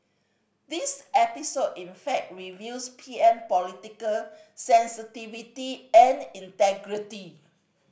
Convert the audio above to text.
this episode in fact reveals P M political sensitivity and integrity